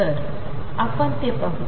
तर आपण ते पाहू